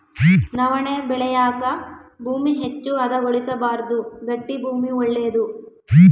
ನವಣೆ ಬೆಳೆಯಾಕ ಭೂಮಿ ಹೆಚ್ಚು ಹದಗೊಳಿಸಬಾರ್ದು ಗಟ್ಟಿ ಭೂಮಿ ಒಳ್ಳೇದು